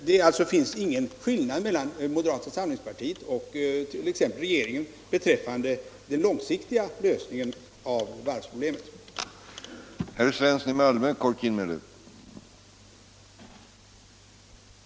Det finns alltså ingen skillnad mellan moderata samlingspartiet och t.ex. regeringen beträffande den långsiktiga lösningen av varvsproblemen i vad angår sysselsättningen.